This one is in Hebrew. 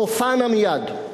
תופע נא מייד,